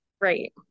right